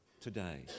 today